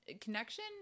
connection